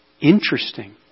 Interesting